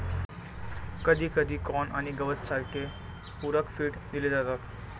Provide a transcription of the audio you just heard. कधीकधी कॉर्न आणि गवत सारखे पूरक फीड दिले जातात